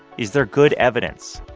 is there good evidence?